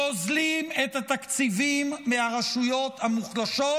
גוזלים את התקציבים מהרשויות המוחלשות